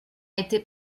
été